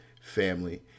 family